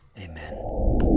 amen